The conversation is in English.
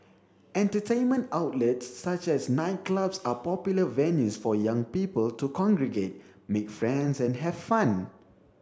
entertainment outlets such as nightclubs are popular venues for young people to congregate make friends and have fun